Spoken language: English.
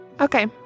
Okay